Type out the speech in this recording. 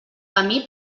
camí